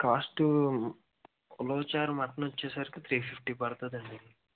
cost ఉలవచారు mutton వచ్చేసరికి three fifty పడుతుందండి